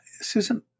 Susan